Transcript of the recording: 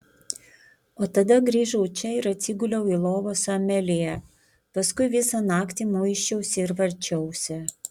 o tada grįžau čia ir atsiguliau į lovą su amelija paskui visą naktį muisčiausi ir varčiausi